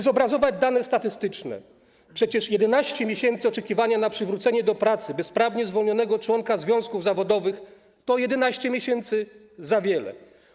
Zobrazuję dane statystyczne: przecież 11 miesięcy oczekiwania na przywrócenie do pracy bezprawnie zwolnionego członka związków zawodowych to o 11 miesięcy za wiele.